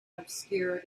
obscured